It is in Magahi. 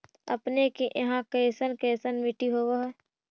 अपने के यहाँ कैसन कैसन मिट्टी होब है?